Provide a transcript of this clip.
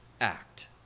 act